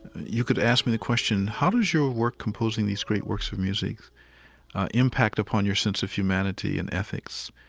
you could ask me the question, how does your work composing these great works of music impact upon your sense of humanity and ethics?